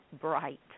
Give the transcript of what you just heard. bright